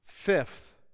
Fifth